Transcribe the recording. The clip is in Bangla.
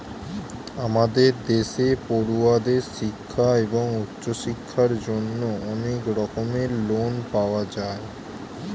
আমাদের দেশে পড়ুয়াদের শিক্ষা এবং উচ্চশিক্ষার জন্য অনেক রকমের লোন পাওয়া যায়